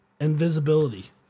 invisibility